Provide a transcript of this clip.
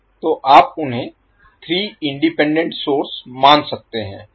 तो आप उन्हें 3 इंडिपेंडेंट सोर्स मान सकते हैं